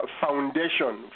foundation